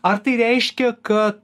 ar tai reiškia kad